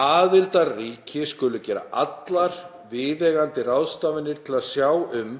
„Aðildarríki skulu gera allar viðeigandi ráðstafanir til að sjá um